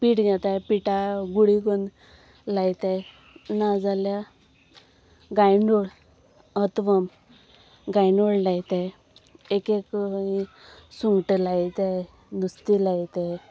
पीठ घेताय पिठा गुडी करन लायताय नाजाल्या गायदोळ अतवम गायदोळ लायताय एक एक सुंगटां लायताय नुस्तीं लायताय